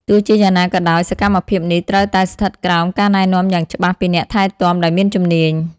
ទោះជាយ៉ាងណាក៏ដោយ សកម្មភាពនេះត្រូវតែស្ថិតក្រោម ការណែនាំយ៉ាងច្បាស់ពីអ្នកថែទាំដែលមានជំនាញ។